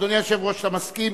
אדוני היושב-ראש, אתה מסכים?